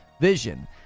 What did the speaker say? vision